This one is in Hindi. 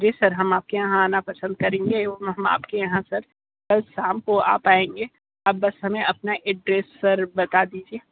जी सर हम आपके यहां आना पसंद करेंगे वो हम आपके यहां सर कल शाम को आ पाएंगे आप बस अपना ऐड्रेस सर बता दीजिए